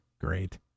Great